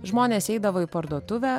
žmonės eidavo į parduotuvę